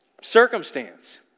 circumstance